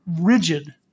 rigid